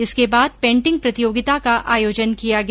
इसके बाद पेटिंग प्रतियोगिता का आयोजन किया गया